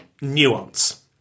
nuance